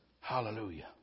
Hallelujah